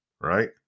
right